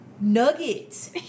nuggets